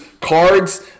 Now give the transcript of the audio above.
cards